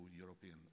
European